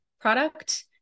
product